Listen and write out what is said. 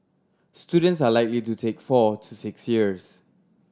students are likely to take four to six years